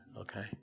okay